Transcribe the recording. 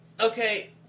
Okay